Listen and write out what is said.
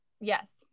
yes